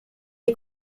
est